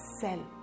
cell